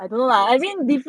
有钱